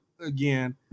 again